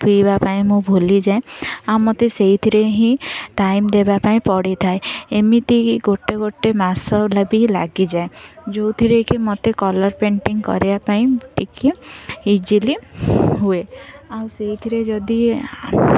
ପିଇବା ପାଇଁ ମୁଁ ଭୁଲିଯାଏ ଆଉ ମୋତେ ସେଇଥିରେ ହିଁ ଟାଇମ ଦେବା ପାଇଁ ପଡ଼ିଥାଏ ଏମିତିକ ଗୋଟେ ଗୋଟେ ମାସ ବି ଲାଗିଯାଏ ଯେଉଁଥିରେ କି ମୋତେ କଲର୍ ପେଣ୍ଟିଂ କରିବା ପାଇଁ ଟିକେ ଇଜିଲି ହୁଏ ଆଉ ସେଇଥିରେ ଯଦି